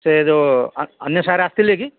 ସେ ଯୋଉ ଅନ୍ୟ ସାର୍ ଆସିଥିଲେ କି